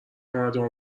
مردمو